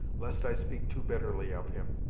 lest i speak too bitterly of him!